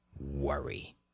worry